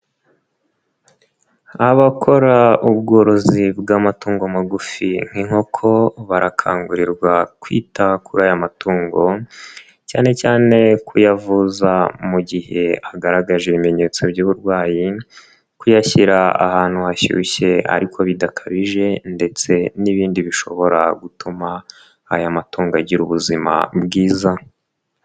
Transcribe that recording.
Abakora ubworozi bw'amatungo magufi nk'inkoko barakangurirwa kwita ku aya matungo cyane cyane kuyavuza mu gihe agaragaje ibimenyetso by'uburwayi, kuyashyira ahantu hashyushye ariko bidakabije ndetse n'ibindi bishobora gutuma aya matungo agira ubuzima bwiza.